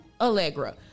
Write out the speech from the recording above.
Allegra